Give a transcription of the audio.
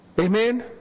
Amen